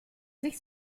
sich